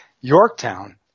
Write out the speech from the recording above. Yorktown